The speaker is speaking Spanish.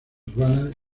urbanas